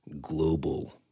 global